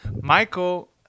Michael